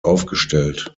aufgestellt